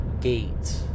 gate